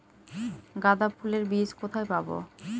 গাঁদা ফুলের বীজ কোথায় পাবো?